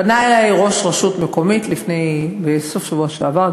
פנה אלי ראש רשות מקומית בסוף השבוע שעבר,